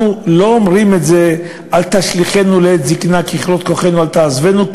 אנחנו לא אומרים "אל תשליכנו לעת זיקנה ככלות כוחנו אל תעזבנו",